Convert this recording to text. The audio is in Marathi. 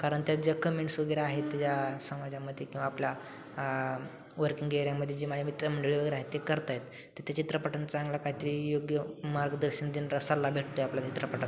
कारण त्या ज्या कमेंट्स वगैरे आहेत त्या समाजामध्ये किंवा आपल्या वर्किंग एरिया मध्ये जे माझ्या मित्रमंडळी वगैरे आहेत ते करत आहेत तर ते चित्रपटन चांगलं काहीतरी योग्य मार्गदर्शन देणं र सल्ला भेटते आपल्या चित्रपटातनं